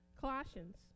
Colossians